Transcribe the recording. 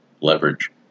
leverage